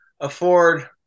afford